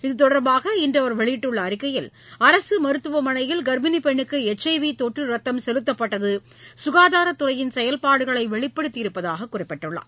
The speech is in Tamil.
இத்தொடர்பாக இன்று அவர் வெளியிட்டுள்ள அறிக்கையில் அரசு மருத்துவமனையில் கர்ப்பிணி பெண்னுக்கு ஹெச்ஐவி தொற்று ரத்தம் செலுத்தப்பட்டது சுகாதாரத் துறையின் செயல்பாடுகளை வெளிப்படுத்தியிருப்பதாக குறிப்பிட்டுள்ளார்